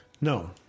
No